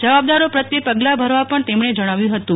જવાબદારો પ્રત્યે પગલાં ભરવા પણ તેમણે જણાવ્યું હતું